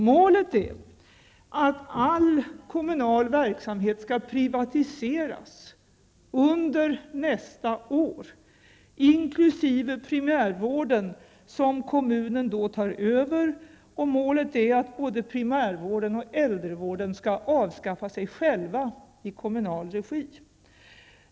Målet är att all kommunal verksamhet skall privatiseras under nästa år, inkl. primärvården som kommunen då tar över. Meningen är att både primärvården och äldrevården skall avskaffa sig själva i kommunal regi.